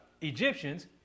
Egyptians